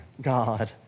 God